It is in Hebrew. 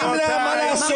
הם אומרים לה מה לעשות.